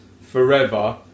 forever